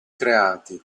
creati